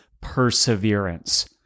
perseverance